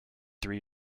three